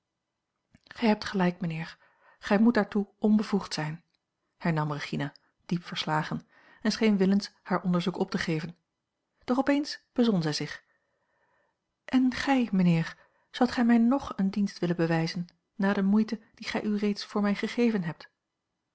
gij hebt gelijk mijnheer gij moet daartoe onbevoegd zijn hernam regina diep verslagen en scheen willens haar onderzoek op te geven doch op eens bezon zij zich en gij mijnheer zoudt gij mij ng een dienst willen bewijzen na de moeite die gij u reeds voor mij gegeven hebt